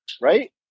right